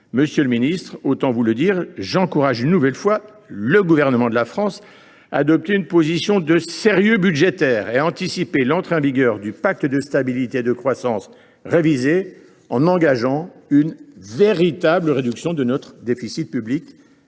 Monsieur le ministre, j’encourage une nouvelle fois le Gouvernement à adopter une position de sérieux budgétaire et à anticiper l’entrée en vigueur du pacte de stabilité et de croissance révisé, en engageant une véritable réduction de notre déficit public.